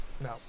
No